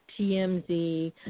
TMZ